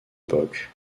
époque